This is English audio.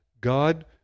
God